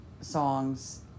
Songs